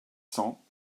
cents